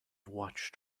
watched